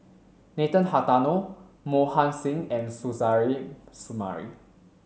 Nathan Hartono Mohan Singh and Suzairhe Sumari